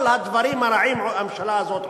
כל הדברים הרעים, הממשלה הזאת עושה.